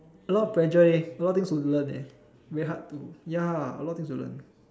a lot pressure leh a lot of things to learn leh very hard to ya a lot of things to learn